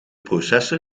processor